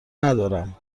ندارم